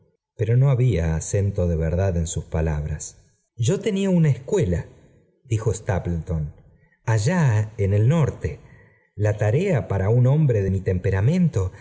pero no había acento de verdad en sus palabras it nía t una stapleton allá l eh el norte la tares para un hombre de tai tem